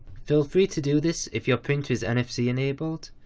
feel free to do this if your printer is nfc enabled,